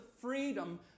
freedom